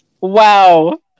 Wow